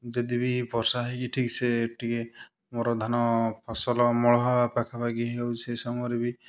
ଯଦି ବି ବର୍ଷା ହେଇକି ଠିକ୍ସେ ଟିକେ ମୋର ଧାନ ଫସଲ ଅମଳ ହେବା ପାଖା ପାଖି ହେଇଯାଉଛେ ସେ ସମୟରେ ବି